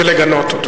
ולגנות אותו.